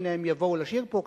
שהנה הן יבואו לשיר פה,